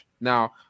Now